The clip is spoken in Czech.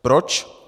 Proč?